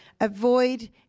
Avoid